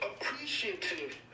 appreciative